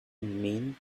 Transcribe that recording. mean